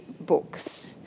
books